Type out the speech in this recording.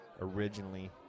originally